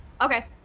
Okay